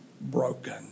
broken